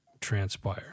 transpire